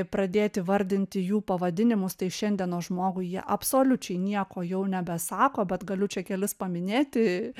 pradėti vardinti jų pavadinimus tai šiandienos žmogui jie absoliučiai nieko jau nebesako bet galiu čia kelis paminėti